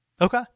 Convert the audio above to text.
Okay